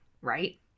right